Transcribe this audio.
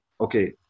okay